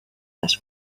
las